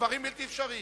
הדברים בלתי אפשריים.